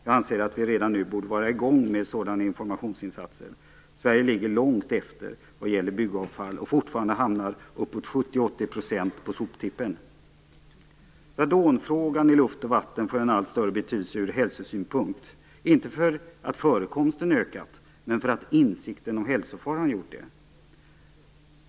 Jag anser att vi redan nu borde vara i gång med sådana informationsinsatser. Sverige ligger långt efter vad gäller byggavfall, och fortfarande hamnar uppåt 70-80 % på soptippen. Frågan om radon i luft och vatten får en allt större betydelse ur hälsosynpunkt, inte därför att förekomsten ökat men därför att insikten om hälsofaran gjort det.